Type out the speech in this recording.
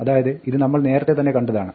അതായത് ഇത് നമ്മൾ നേരത്തെ തന്നെ കണ്ടതാണ്